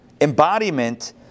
embodiment